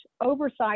oversight